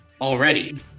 already